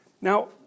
now